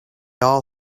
all